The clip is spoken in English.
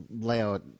layout